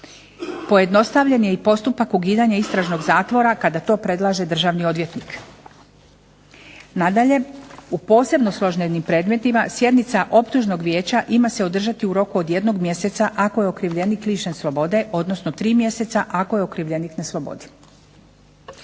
Pojednostavljen je i postupak ukidanja istražnog zatvora kada to predlaže državni odvjetnik. Nadalje, u posebno složenim predmetima sjednica optužnog vijeća ima se održati u roku od 1 mjeseca ako je okrivljenik lišen slobode, odnosno 3 mjeseca ako je okrivljenik na slobodi.